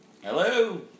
Hello